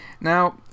now